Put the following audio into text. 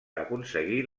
aconseguir